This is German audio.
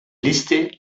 liste